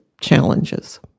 challenges